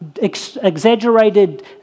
exaggerated